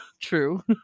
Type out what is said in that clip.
true